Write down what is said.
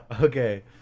Okay